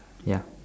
ya